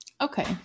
Okay